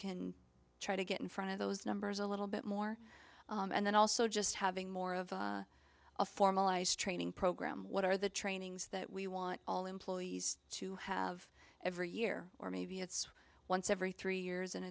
can try to get in front of those numbers a little bit more and then also just having more of a formalized training program what are the trainings that we want all employees to have every year or maybe it's once every three years and